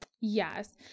Yes